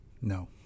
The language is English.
No